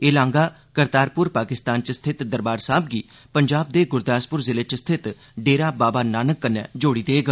एह् लांघा करतारपुर पाकिस्तान च स्थित दरबार साहब गी पंजाब दे गुरदासपुर जिले च स्थित डेरा बाबा नानक कन्नै जोड़ी देग